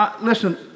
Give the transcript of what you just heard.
listen